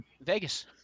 Vegas